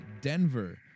Denver